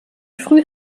früh